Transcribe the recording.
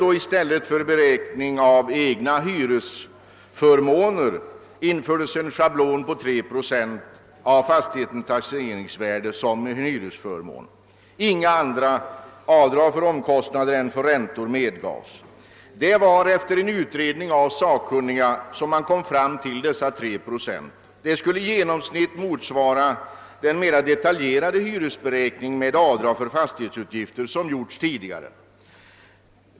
I stället för beräkning av egna hyresförmåner infördes en schablon på 3 procent av fastighetens taxeringsvärde som hyresförmån. Inga andra avdrag för omkostnader än för räntor medgavs. Det var efter en utredning av sakkunniga som man kom fram till dessa 3 procent. De skulle i genomsnitt motsvara den mera detaljerade hyresberäkning med avdrag för fastighetsutgifter som gjorts tidigare.